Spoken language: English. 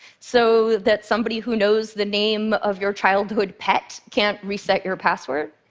so that somebody who knows the name of your childhood pet can't reset your password.